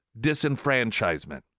disenfranchisement